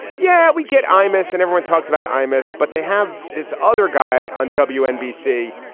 yeah, we get amos and everyone talks about amos, but they have this other guy on w nbc.